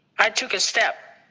i took a step.